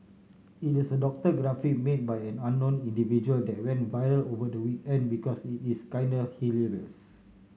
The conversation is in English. it is a doctor graphic made by an unknown individual that went viral over the weekend because it is kinda hilarious